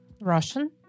Russian